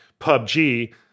PUBG